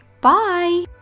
Bye